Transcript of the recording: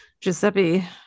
Giuseppe